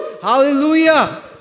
hallelujah